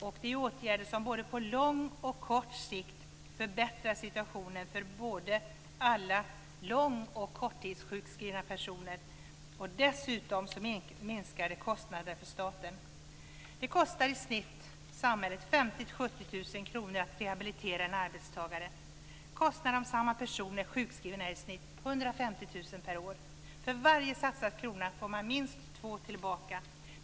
Det är åtgärder som på både lång och kort sikt förbättrar situationen för både långtids och korttidssjukskrivna personer. Dessutom minskar det kostnaderna för staten. Det kostar samhället i snitt 50 000-70 000 kr att rehabilitera en arbetstagare. Kostnaderna om samma person är sjukskriven är i snitt 150 000 kr per år. För varje satsad krona får man minst två kronor tillbaka.